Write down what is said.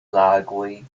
lagoj